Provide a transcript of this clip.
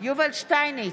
יובל שטייניץ,